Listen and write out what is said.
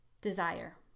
desire